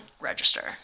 register